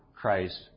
Christ